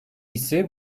ise